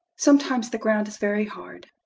sometimes the ground is very hard.